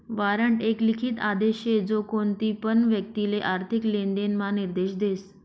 warrant एक लिखित आदेश शे जो कोणतीपण व्यक्तिले आर्थिक लेनदेण म्हा निर्देश देस